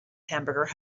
hamburger